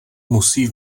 musí